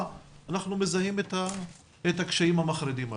אנחנו מזהים את הקשיים המחרידים הללו.